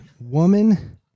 woman